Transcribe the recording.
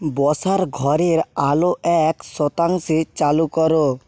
বসার ঘরের আলো এক শতাংশে চালু করো